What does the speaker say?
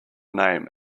name